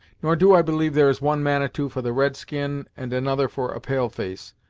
nor do i believe there is one manitou for the red-skin and another for a pale-face.